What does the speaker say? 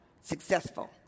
successful